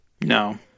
No